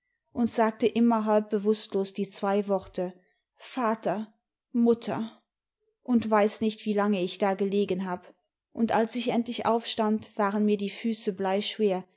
und sagte immer halb bewußtlos die zwei worte vater mutter und weiß nicht wie lange ich da gelegen hab und als ich endlich aufstand waren mir die füße